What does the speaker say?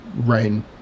rain